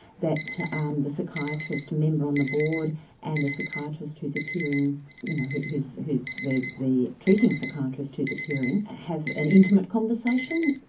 that um the psychiatrist member on the board and the psychiatrist who's appearing you know who's who's the the treating psychiatrist who's appearing, have an intimate conversation,